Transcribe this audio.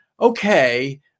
Okay